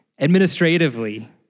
administratively